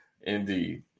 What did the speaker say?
Indeed